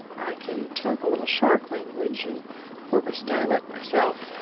i can talk a little shark language and porpoise dialect myself.